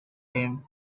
him